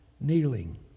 kneeling